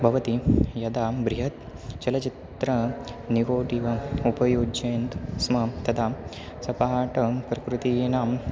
भवति यदा बृहत् चलचित्रं निगोटिव उपयुज्यते स्म तदा सपाटं प्रकृतीनां